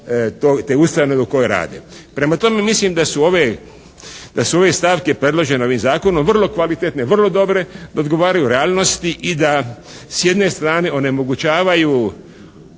te ustanove u kojoj rade. Prema tome, mislim da su ove stavke predložene ovim zakonom vrlo kvalitetne, vrlo dobre, da odgovaraju realnosti i da s jedne strane onemogućavaju